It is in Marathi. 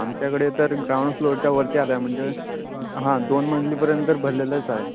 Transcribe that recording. आमच्याकडे तर ग्राउंड फ्लोअरच्या वरती आला आहे म्हणजे हां दोन मंजलीपर्यंत तर भरलेलंच आहे